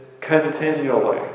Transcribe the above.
continually